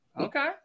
Okay